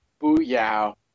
Booyah